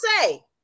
say